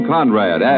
Conrad